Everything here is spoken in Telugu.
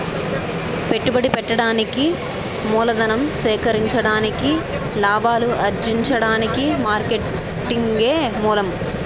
పెట్టుబడి పెట్టడానికి మూలధనం సేకరించడానికి లాభాలు అర్జించడానికి మార్కెటింగే మూలం